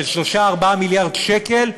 3 4 מיליארד שקל,